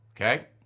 Okay